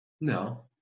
No